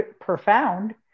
profound